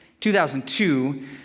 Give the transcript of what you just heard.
2002